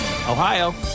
Ohio